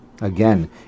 Again